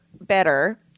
better